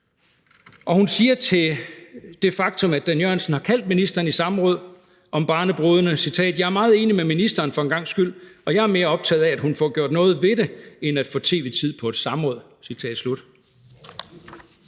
Og hun siger til det faktum, at Dan Jørgensen har kaldt ministeren i samråd om barnebrudene: »Jeg er meget enig med ministeren for en gangs skyld, og jeg er mere optaget af, at hun får gjort noget ved det end at få tv-tid på et samråd.« Det